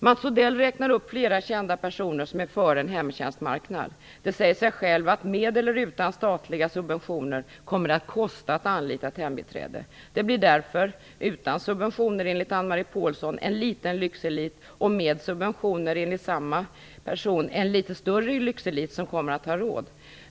Mats Odell räknade upp flera kända personer som är för en hemtjänstmarknad. Det säger sig självt att det med eller utan statliga subventioner kommer att kosta att anlita ett hembiträde. Det blir därför - utan subventioner enligt Ann Marie Pålsson - en liten lyxelit och med subventioner en litet större lyxelit som kommer att ha råd.